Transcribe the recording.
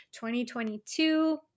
2022